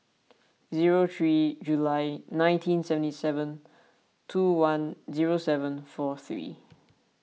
zero three July nineteen seventy seven two one zero seven four three